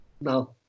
No